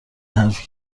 حرفی